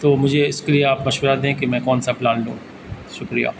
تو مجھے اس کے لیے آپ مشورہ دیں کہ میں کون سا پلان لوں شکریہ